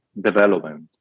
development